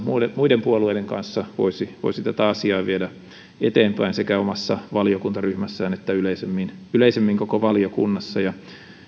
muiden muiden puolueiden kanssa voisi voisi tätä asiaa viedä eteenpäin sekä omassa valiokuntaryhmässään että yleisemmin yleisemmin koko valiokunnassa ja